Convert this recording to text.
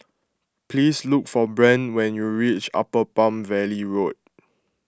please look for Brandt when you reach Upper Palm Valley Road